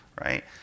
right